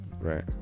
right